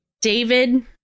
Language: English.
David